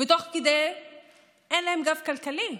ותוך כדי כך אין להם גב כלכלי.